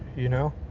you know?